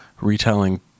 retelling